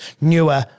newer